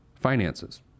finances